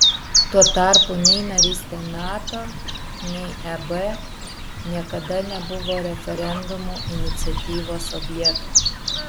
tuo tarpu nei narystė nato nei eb niekada nebuvo referendumų iniciatyvos objektas